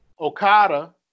Okada